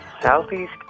Southeast